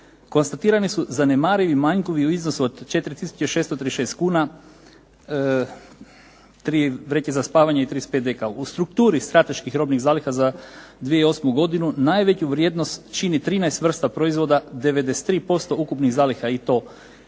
Konstatirani su zanemarivi manjkovi u iznosu od 4 tisuće 636 kuna tri vreće za spavanje i 35 deka. U strukturi strateških robnih zaliha za 2008. godinu najveću vrijednost čini 13 vrsta proizvoda 93% ukupnih zaliha i to eurodisel